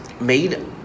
made